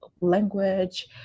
language